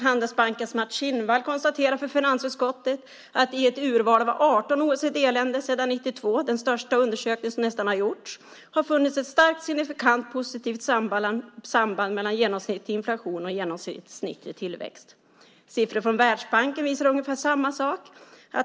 Handelsbankens Mats Kinnwall konstaterar för finansutskottet att i ett urval av 18 OECD-länder sedan 1992, i nästan den största undersökning som har gjorts, har det funnits ett starkt signifikant positivt samband mellan genomsnittlig inflation och genomsnittlig tillväxt. Siffror från Världsbanken visar ungefär samma sak.